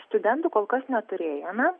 studentų kol kas neturėjome